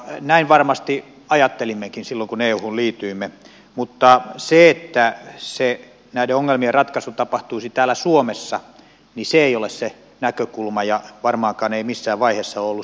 näin varmasti ajattelimmekin silloin kun euhun liityimme mutta se että näiden ongelmien ratkaisu tapahtuisi täällä suomessa ei ole se näkökulma eikä varmaankaan missään vaiheessa ole ollut se tarkoitus